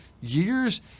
years